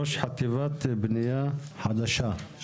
ראש חטיבה בנייה חדשה,